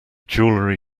jewelery